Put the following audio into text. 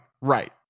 right